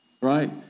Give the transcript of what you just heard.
Right